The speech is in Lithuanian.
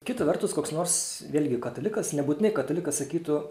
kita vertus koks nors vėlgi katalikas nebūtinai katalikas sakytų